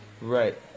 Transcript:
Right